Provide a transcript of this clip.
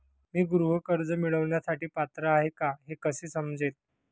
मी गृह कर्ज मिळवण्यासाठी पात्र आहे का हे कसे समजेल?